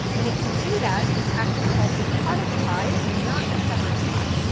and if you do that, it's actually called a cottage pie and not a shepherd's pie.